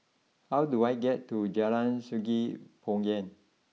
how do I get to Jalan Sungei Poyan